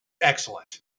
excellent